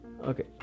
Okay